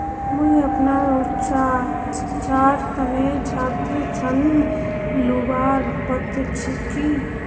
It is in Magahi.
मुई अपना उच्च शिक्षार तने छात्र ऋण लुबार पत्र छि कि?